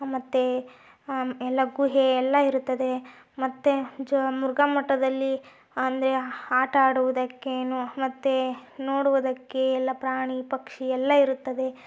ಮತ್ತೆ ಎಲ್ಲ ಗುಹೆ ಎಲ್ಲ ಇರುತ್ತದೆ ಮತ್ತೆ ಜೊ ಮುರುಘಾ ಮಠದಲ್ಲಿ ಅಂದರೆ ಆಟ ಆಡುವುದಕ್ಕೇನು ಮತ್ತೆ ನೋಡುವುದಕ್ಕೆ ಎಲ್ಲ ಪ್ರಾಣಿ ಪಕ್ಷಿ ಎಲ್ಲ ಇರುತ್ತದೆ